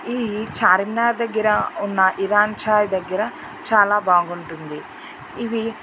ఈ చార్మినార్ దగ్గర ఉన్న ఇరాన్ చాయ్ దగ్గర చాలా బాగుంటుంది ఇది